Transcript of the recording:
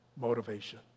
motivation